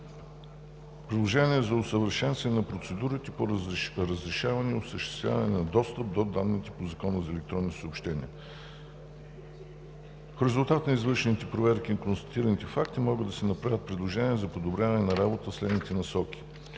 Предложения за усъвършенстване на процедурите по разрешаване и осъществяване на достъп до данните по Закона за електронните съобщения. В резултат на извършените проверки и констатираните факти могат да се направят предложения за подобряване на работата в следните насоки: